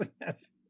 yes